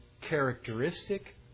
characteristic